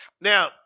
Now